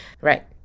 Right